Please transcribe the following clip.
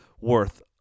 worth